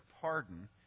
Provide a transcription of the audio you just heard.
pardon